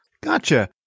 Gotcha